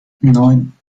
neun